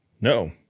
No